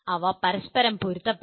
അവ പരസ്പരം പൊരുത്തപ്പെടണം